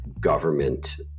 government